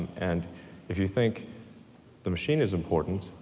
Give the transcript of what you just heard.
and if you think the machine is important,